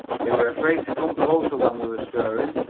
they were afraid to come close when we were stirring,